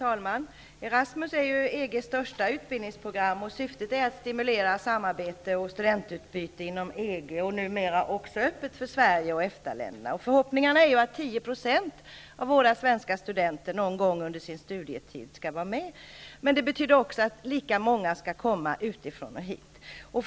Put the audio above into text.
Herr talman! ERASMUS är EG:s största utbildningsprogram. Syftet är att stimulera samarbete och studentutbyte inom EG, och det är numera öppet även för Sverige och EFTA länderna. Förhoppningen är att 10 % av våra svenska studenter någon gång under sin studietid skall vara med. Men det betyder också att lika många skall komma utifrån hit till Sverige.